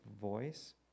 voice